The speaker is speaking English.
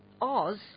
Oz